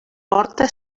porta